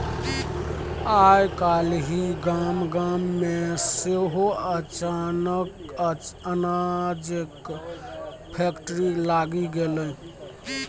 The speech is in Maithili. आय काल्हि गाम गाम मे सेहो अनाजक फैक्ट्री लागि गेलै